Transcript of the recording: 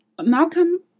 malcolm